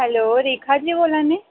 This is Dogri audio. हैलो रेखा जी बोल्ला नीं आं